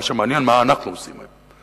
מה שמעניין, מה אנחנו עושים היום.